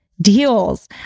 deals